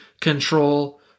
control